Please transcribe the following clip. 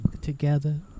together